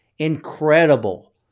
incredible